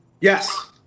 Yes